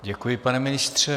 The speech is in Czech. Děkuji, pane ministře.